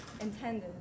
intended